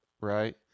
right